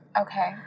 Okay